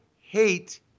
hate